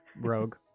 rogue